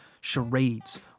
charades